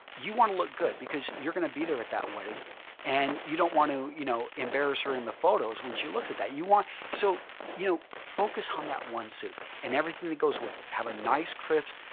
you want to look good because you are going to be there at that wedding and you don't want to you know embarrass her in the photos when she looks at that. so you know focus on that one suit and everything that goes with it, have a nice crisp,